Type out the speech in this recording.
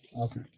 Okay